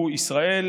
הוא ישראל,